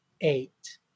eight